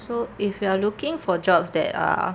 so if you are looking for jobs that are